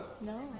No